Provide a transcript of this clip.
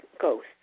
ghosts